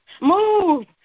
Move